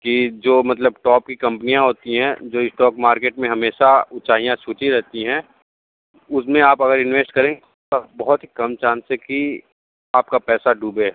कि जो मतलब टॉप की कंपनियाँ होती हैं जो स्टॉक मार्केट में हमेशा ऊँचाइयाँ छूती रहती हैं उसमें अगर आप इन्वेस्ट करेंगे तो बहुत ही कम चांस है की आपका पैसा डूबेगा